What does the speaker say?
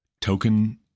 token